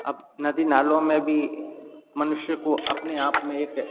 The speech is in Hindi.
अब नदी नालों में भी मनुष्य को अपने आप में एक